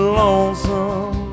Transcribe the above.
lonesome